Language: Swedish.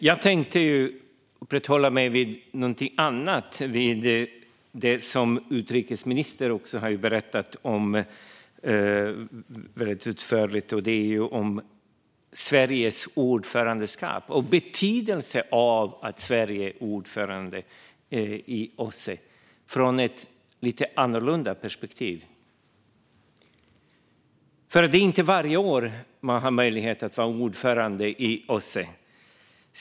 Jag tänkte upprätthålla mig vid något annat, nämligen något som utrikesministern har berättat utförligt om men från ett lite annorlunda perspektiv. Det gäller betydelsen av att Sverige är ordförandeland i OSSE. Det är inte varje år Sverige är ordförandeland i OSSE.